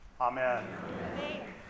Amen